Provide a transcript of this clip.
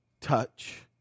touch